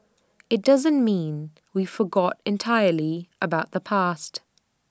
IT doesn't mean we forgot entirely about the past